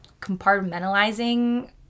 compartmentalizing